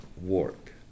work